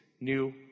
new